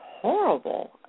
horrible